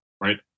right